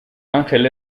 angel